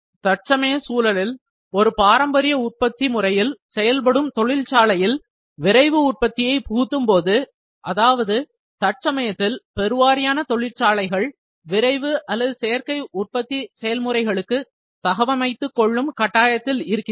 தற்சமய சூழலில் ஒரு பாரம்பரிய உற்பத்தி சூழலில் செயல்படும் தொழிற்சாலையில் விரைவு உற்பத்தியை புகுத்தும்போது அதாவது தற்சமயத்தில் பெருவாரியான தொழிற்சாலைகள் விரைவு அல்லது சேர்க்கை உற்பத்தி செயல்முறைகளுக்கு தகவமைத்துக் கொள்ளும் கட்டாயத்தில் இருக்கின்றன